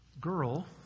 girl